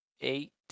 eight